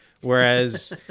Whereas